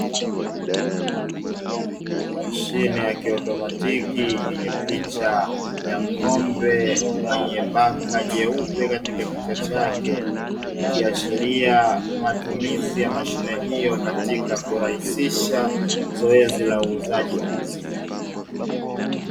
Mashine ya kiautomatiki yenye picha ya ng'ombe mwenye baka jeupe katika kichwa chake, ikiashiria matumizi ya mashine hiyo katika kurahisisha zoezi la uuzaji wa maziwa.